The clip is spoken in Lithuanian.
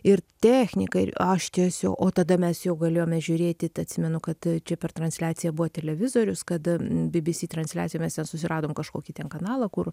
ir technika ir aš tiesiog o tada mes jau galėjome žiūrėtit atsimenu kad čia per transliaciją buvo televizorius kad bibisi transliacijoje susiradom kažkokį ten kanalą kur